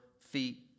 feet